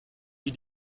die